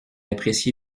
apprécié